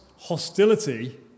Hostility